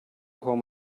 home